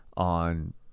on